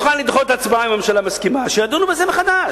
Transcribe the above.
אני מוכן לדחות את ההצבעה וידונו בזה מחדש.